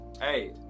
Hey